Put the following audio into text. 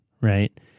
right